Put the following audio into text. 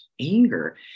anger